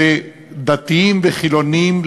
לדתיים וחילונים,